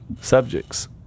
subjects